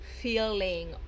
feeling